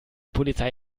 polizei